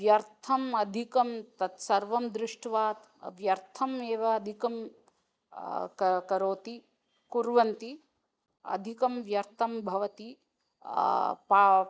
व्यर्थम् अधिकं तत्सर्वं दृष्ट्वा व्यर्थम् एव अधिकं क करोति कुर्वन्ति अधिकं व्यर्थं भवति पा